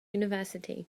university